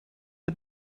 mit